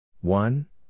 one